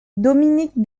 dominique